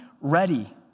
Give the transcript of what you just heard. ready